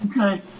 Okay